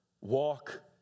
walk